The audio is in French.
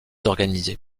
organisé